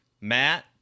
Matt